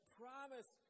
promise